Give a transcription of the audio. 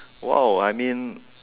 !wow! I mean